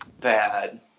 bad